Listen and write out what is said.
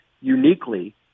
uniquely